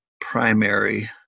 primary